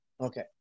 Okay